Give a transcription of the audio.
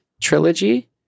trilogy